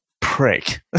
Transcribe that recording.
prick